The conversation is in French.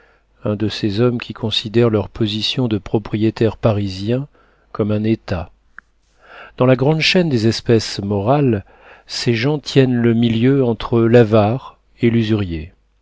un de ces hommes qui considèrent leur position de propriétaire parisien comme un état dans la grande chaîne des espèces morales ces gens tiennent le milieu entre l'avare et